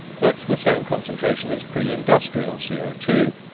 that's the same concentration as pre-industrial c o two.